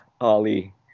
Ollie